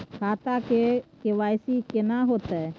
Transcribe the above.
खाता में के.वाई.सी केना होतै?